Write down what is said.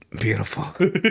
Beautiful